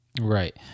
Right